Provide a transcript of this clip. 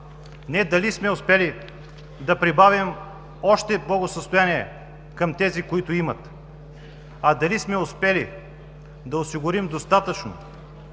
не дали сме успяли да прибавим още благосъстояние към тези, които имат, а дали сме успяли да осигурим достатъчно